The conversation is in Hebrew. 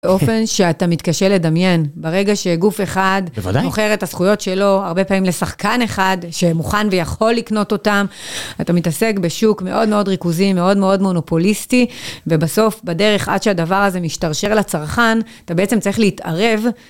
באופן שאתה מתקשה לדמיין, ברגע שגוף אחד מוכר את הזכויות שלו הרבה פעמים לשחקן אחד שמוכן ויכול לקנות אותם, אתה מתעסק בשוק מאוד מאוד ריכוזי, מאוד מאוד מונופוליסטי, ובסוף, בדרך עד שהדבר הזה משתרשר לצרכן, אתה בעצם צריך להתערב.